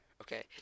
okay